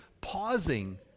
pausing